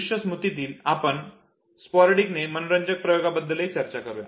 दृश्य स्मृतीसाठी आपण स्पोरॅडिक ने मनोरंजक प्रयोगांबद्दलही चर्चा करूया